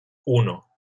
uno